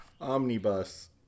Omnibus